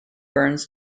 burns